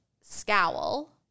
scowl